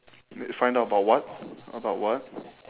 you find out about what about what